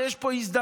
שיש פה הזדמנות,